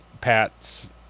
Pat's